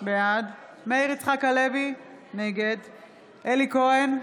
בעד מאיר יצחק הלוי, נגד אלי כהן,